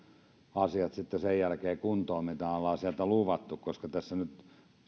sen jälkeen kuntoon ne asiat mitä ollaan sieltä luvattu tässä nyt